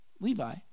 Levi